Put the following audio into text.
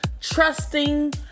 trusting